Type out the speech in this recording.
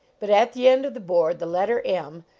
but at the end of the board the letter m,